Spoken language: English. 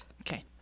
Okay